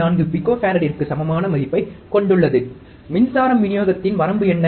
4 பிகோபாரடிற்கு சமமான மதிப்பைக் கொண்டுள்ளது மின்சாரம் விநியோகத்தின் வரம்பு என்ன